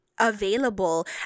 Available